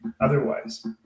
otherwise